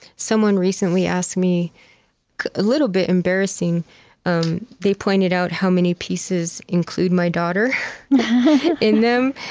someone recently asked me a little bit embarrassing um they pointed out how many pieces include my daughter in them.